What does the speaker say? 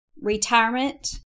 retirement